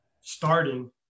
starting